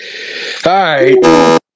hi